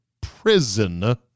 prison